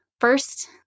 First